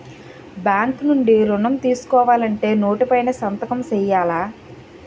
bank నుండి ఋణం తీసుకోవాలంటే నోటు పైన సంతకం సేయాల